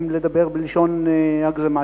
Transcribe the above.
אם לדבר בלשון הגזמה.